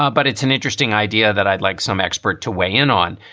ah but it's an interesting idea that i'd like some expert to weigh in on.